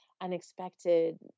unexpected